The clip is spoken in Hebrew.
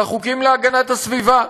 של החוקים להגנת הסביבה.